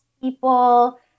people